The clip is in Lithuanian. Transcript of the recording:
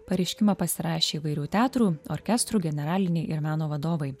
pareiškimą pasirašė įvairių teatrų orkestrų generaliniai ir meno vadovai